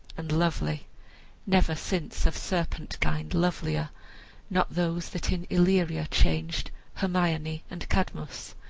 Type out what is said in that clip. and lovely never since of serpent kind lovelier not those that in illyria changed hermione and cadmus,